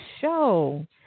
show